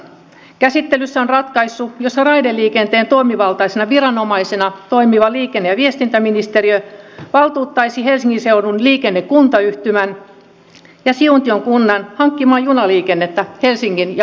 käsittelyssä on ratkaisu jossa raideliikenteen toimivaltaisena viranomaisena toimiva liikenne ja viestintäministeriö valtuuttaisi helsingin seudun liikenne kuntayhtymän ja siuntion kunnan hankkimaan junaliikennettä helsingin ja karjaan välille